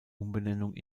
umbenennung